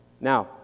now